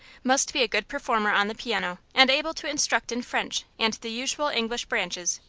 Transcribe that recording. must be a good performer on the piano, and able to instruct in french and the usual english branches.